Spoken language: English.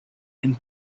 and